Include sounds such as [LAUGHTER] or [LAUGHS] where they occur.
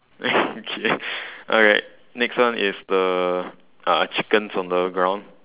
[LAUGHS] okay alright next one is the uh chickens on the ground